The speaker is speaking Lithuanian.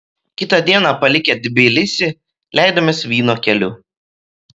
kitą dieną palikę tbilisį leidomės vyno keliu